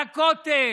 על הכותל,